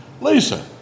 Lisa